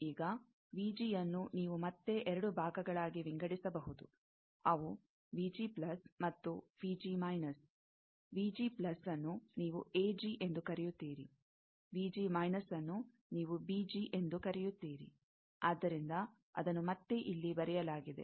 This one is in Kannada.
ಈಗ ಯನ್ನು ನೀವು ಮತ್ತೆ ಎರಡು ಭಾಗಗಳಾಗಿ ವಿಂಗಡಿಸಬಹುದು ಅವು ಮತ್ತು ನ್ನು ನೀವು ಎಂದು ಕರೆಯುತ್ತೀರಿ ನ್ನು ನೀವು ಎಂದು ಕರೆಯುತ್ತೀರಿ ಆದ್ದರಿಂದ ಅದನ್ನು ಮತ್ತೆ ಇಲ್ಲಿ ಬರೆಯಲಾಗಿದೆ